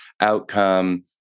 outcome